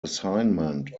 assignment